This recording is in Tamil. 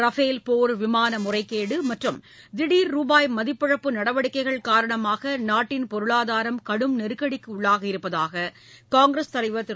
ரபேல் போர் விமான முறைகேடு மற்றும் திடீர் ரூபாய் மதிப்பிழப்பு நடவடிக்கைகள் காரணமாக நாட்டின் பொருளாதாரம் கடும் நெருக்கடிக்கு உள்ளாகியிருப்பதாக காங்கிரஸ் தலைவர் திரு